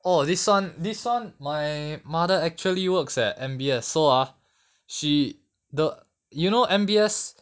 oh this one this one my mother actually works at M_B_S so ah she the you know M_B_S